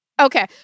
Okay